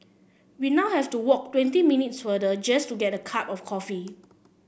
we now have to walk twenty minutes further just to get a cup of coffee